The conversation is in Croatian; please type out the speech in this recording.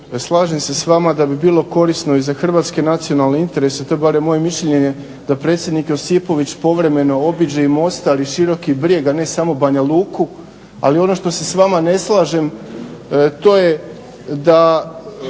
slažem se s vama da bi bilo korisno i za hrvatske nacionalne interese to je barem moje mišljenje da predsjednik Josipović povremeno obiđe i Mostar i Široki Brijeg, a ne samo Banja Luku. Ali ono što se s vama ne slažem to je da